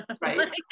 right